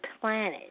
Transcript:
planet